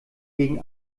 gegen